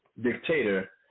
dictator